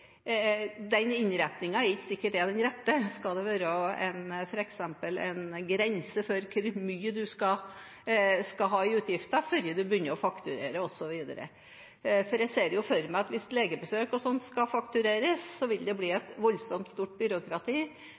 grense for hvor mye en skal ha i utgifter før en begynner å fakturere, osv. Jeg ser for meg at hvis legebesøk og sånt skal faktureres, vil det bli et voldsomt stort byråkrati,